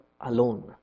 alone